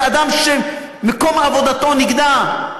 של אדם שמקום עבודתו נגדע,